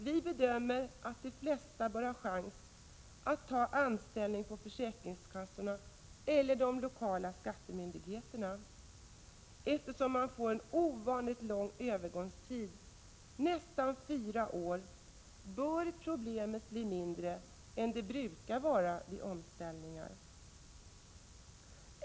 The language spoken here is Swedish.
Vi bedömer att de flesta bör ha chans att få anställning på försäkringskassorna eller på de lokala skattemyndigheterna. Eftersom man får en ovanligt lång övergångstid — nästan fyra år — bör problemen bli mindre än de brukar vara vid omställningar.